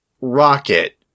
Rocket